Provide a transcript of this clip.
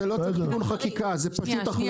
זה לא צריך תיקון חקיקה,